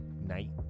night